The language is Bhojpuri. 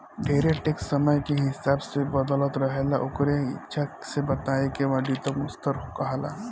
ढेरे टैक्स समय के हिसाब से बदलत रहेला ओकरे अच्छा से बताए के वर्णात्मक स्तर कहाला